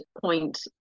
point